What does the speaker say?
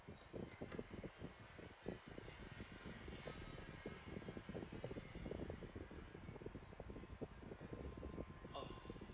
uh